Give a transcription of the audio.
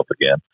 again